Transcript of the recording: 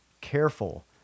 careful